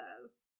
says